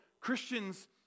Christians